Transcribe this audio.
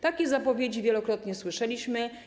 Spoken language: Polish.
Takie zapowiedzi wielokrotnie słyszeliśmy.